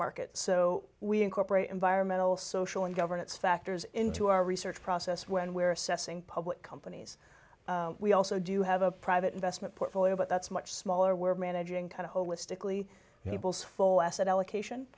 market so we incorporate environmental social and governance factors into our research process when we're assessing public companies we also do have a private investment portfolio but that's much smaller we're managing kind of holistically people's full asset allocation